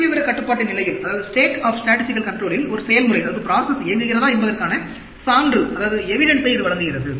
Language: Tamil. புள்ளிவிவர கட்டுப்பாட்டு நிலையில் ஒரு செயல்முறை இயங்குகிறதா என்பதற்கான சான்றினை இது வழங்குகிறது